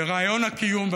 לרעיון הקיום.